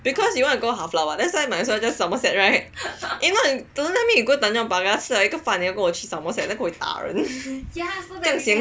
because you want to go Hvala [what] that's why might as well just somerset right you know don't tell me go Tanjong Pagar 吃了一个饭 then 叫我过去 somerset then 我就要打人